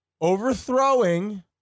overthrowing